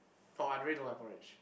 oh I really don't like porridge